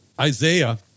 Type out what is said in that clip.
Isaiah